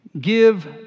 give